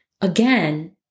Again